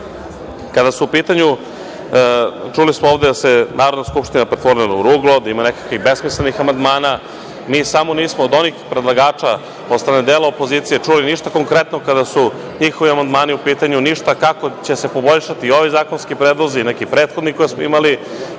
su u pitanju, čuli smo ovde da se Narodna Skupština pretvorila u ruglo, da ima nekih besmislenih amandmana, mi samo nismo od onih predlagača, od dela opozicije čuli ništa konkretno kada su njihovi amandmani u pitanju, ništa kako će se poboljšati ovi zakonski predlozi, neki prethodni koje smo imali. Čuli